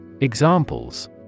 Examples